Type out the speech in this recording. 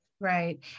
Right